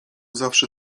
zawsze